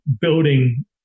building